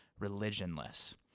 religionless